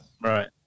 Right